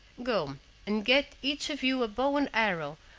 go and get each of you a bow and arrow,